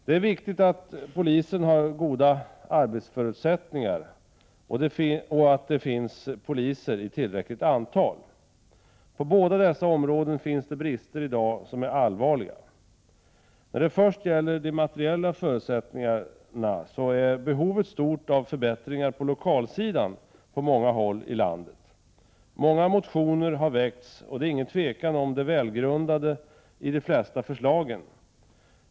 Det är viktigt att polisen har goda arbetsförutsättningar och att det finns poliser i tillräckligt antal. På båda dessa områden finns det brister i dag som är allvarliga. När det först gäller de materiella förutsättningarna är behovet stort av förbättringar på lokalsidan på många håll i landet. Många motioner har väckts, och det är inget tvivel om det välgrundade i de flesta förslagen.